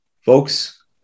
folks